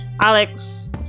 Alex